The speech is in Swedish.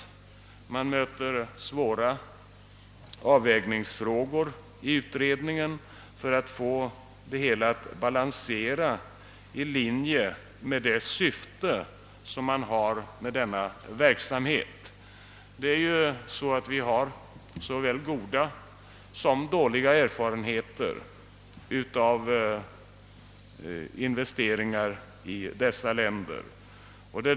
Det innebär svåra avvägningar för utredningen att få det hela att balansera. Vi har såväl goda som dåliga erfarenheter av investeringar i dessa länder.